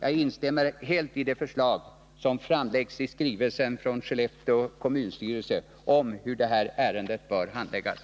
Jag instämmer helt i det förslag som framläggs i skrivelsen från Skellefteå kommunstyrelse om hur detta ärende bör handläggas.